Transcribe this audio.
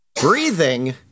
breathing